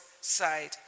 side